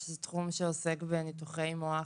שזה תחום שעוסק בניתוחי מוח